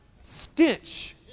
stench